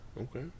Okay